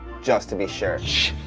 just to be sure.